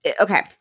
okay